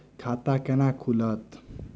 खाता केना खुलत?